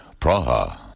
Praha